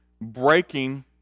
breaking